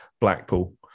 blackpool